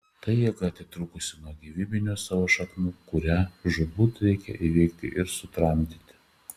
tai jėga atitrūkusi nuo gyvybinių savo šaknų kurią žūtbūt reikia įveikti ir sutramdyti